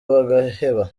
bagaheba